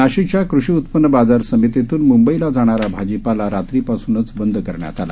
नाशिकच्याकृषीउत्पन्नबाजारसमितीत्नमंंबईलाजाणाराभाजीपालारात्रीपासूनचबंदकरण्यातआला